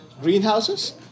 greenhouses